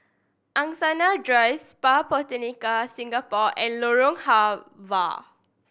Angsana Drive Spa Botanica Singapore and Lorong Halwa